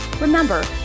Remember